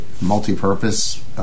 multi-purpose